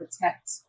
protect